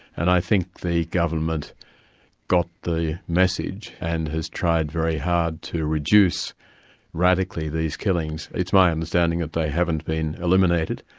and i think the government got the message, and has tried very hard to reduce radically these killings. it's my understanding that they haven't been eliminated,